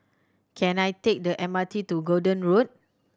can I take the M R T to Gordon Road